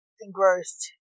engrossed